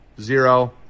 Zero